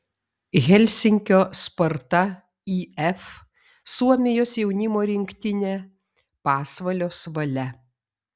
helsinkio sparta if suomijos jaunimo rinktinė pasvalio svalia